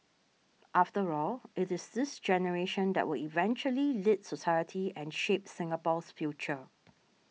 after all it is this generation that will eventually lead society and shape Singapore's future